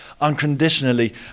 unconditionally